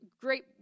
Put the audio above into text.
Great